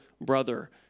brother